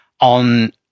on